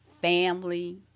family